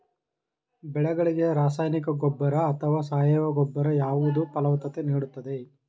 ಬೆಳೆಗಳಿಗೆ ರಾಸಾಯನಿಕ ಗೊಬ್ಬರ ಅಥವಾ ಸಾವಯವ ಗೊಬ್ಬರ ಯಾವುದು ಫಲವತ್ತತೆ ನೀಡುತ್ತದೆ?